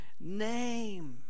name